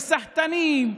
וסחטנים,